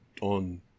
on